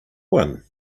one